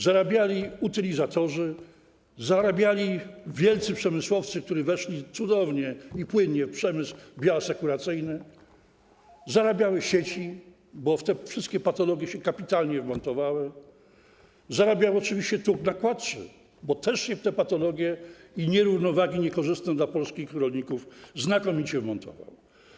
Zarabiali utylizatorzy, zarabiali wielcy przemysłowcy, którzy weszli cudownie i płynnie w przemysł bioasekuracyjny, zarabiały sieci, bo w te wszystkie patologie się kapitalnie wmontowały, zarabiał oczywiście tucz nakładczy, bo też się w patologie i nierównowagi niekorzystne dla polskich rolników znakomicie wmontował.